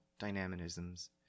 dynamisms